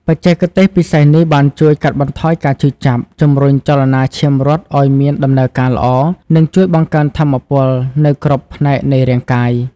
បច្ចេកទេសពិសេសនេះបានជួយកាត់បន្ថយការឈឺចាប់ ជំរុញចលនាឈាមរត់ឲ្យមានដំណើរការល្អ និងជួយបង្កើនថាមពលនៅគ្រប់ផ្នែកនៃរាងកាយ។